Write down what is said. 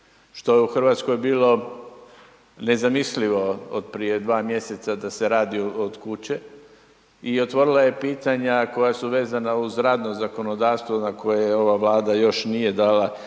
što je u Hrvatskoj bilo nezamislivo od prije 2 mjeseca da se radi od kuće i otvorila je pitanja koja su vezana uz radno zakonodavstvo na koje ova Vlada još nije dala jasne